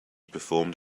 performed